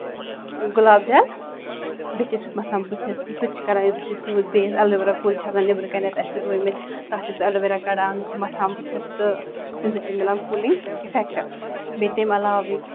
گۄلاب جل بہٕ چھَس سُہ تہِ مَتھان بٕتھِس سُہ تہِ چھِ کران أسۍ بٕتھِس یوٗز بیٚیہِ ایلویرا کُلۍ چھُ آسان نٮ۪برٕ کَنیھ اَسہِ رُومٕتۍ تَتھ چھُ سُہ ایلویرا کَڑان سُہ مَتھان بٕتھِس تہٕ تَمہِ سۭتۍ چھِ مِلان کوٗلِنگ اِفیکٹہٕ بیٚیہِ تَمہِ علاوٕ